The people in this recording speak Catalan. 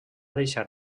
deixar